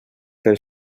pel